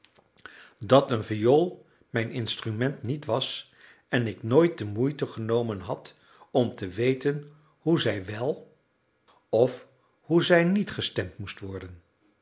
dat een viool mijn instrument niet was en ik nooit de moeite genomen had om te weten hoe zij wèl of hoe zij niet gestemd moest worden